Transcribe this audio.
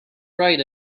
write